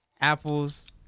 Apples